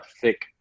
thick